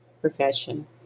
profession